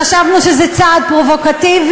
חשבנו שזה צעד פרובוקטיבי,